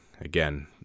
Again